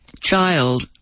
child